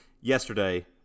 yesterday